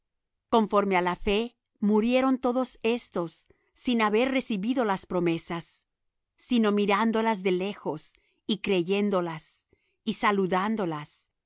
conforme á la fe murieron todos éstos sin haber recibido las promesas sino mirándolas de lejos y creyéndolas y saludándolas